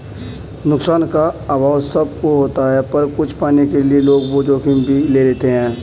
नुकसान का अभाव सब को होता पर कुछ पाने के लिए लोग वो जोखिम भी ले लेते है